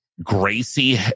Gracie